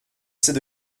sais